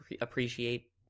appreciate